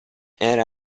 era